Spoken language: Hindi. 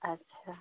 अच्छा